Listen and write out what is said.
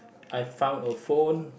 I found a phone